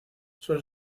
solo